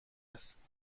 است